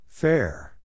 Fair